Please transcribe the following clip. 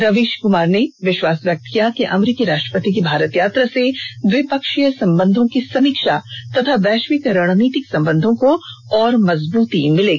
रवीश कुमार ने विश्वास व्यक्त किया कि अमरीकी राष्ट्रपति की भारत यात्रा से द्विपक्षीय संबंधों की समीक्षा तथा वैश्विक रणनीतिक सम्बंधों को और मजबूत करने का अवसर मिलेगा